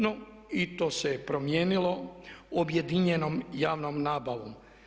No, i to se promijenilo objedinjenom javnom nabavom.